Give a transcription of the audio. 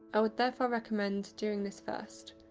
i would therefore recommend doing this first.